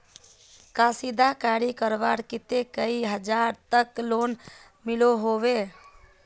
कशीदाकारी करवार केते कई हजार तक लोन मिलोहो होबे?